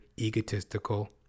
egotistical